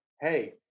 Hey